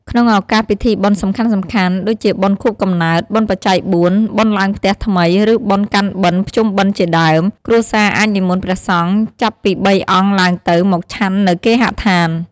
ក្នុងឱកាសពិធីបុណ្យសំខាន់ៗ ដូចជាបុណ្យខួបកំណើត បុណ្យបច្ច័យបួន បុណ្យឡើងផ្ទះថ្មី ឬបុណ្យកាន់បិណ្ឌភ្ជុំបិណ្ឌជាដើម គ្រួសារអាចនិមន្តព្រះសង្ឃចាប់ពី៣អង្គឡើងទៅមកឆាន់នៅគេហដ្ឋាន។